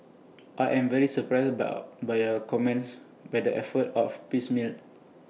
I am very surprised by our by your comments that the efforts of piecemeal